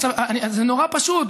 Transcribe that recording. זה נורא פשוט,